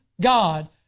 God